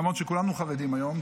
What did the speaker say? למרות שכולנו חרדים היום,